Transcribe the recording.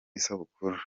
isabukuru